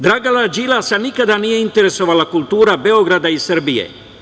Dragana Đilasa nikada nije interesovala kultura Beograda i Srbije.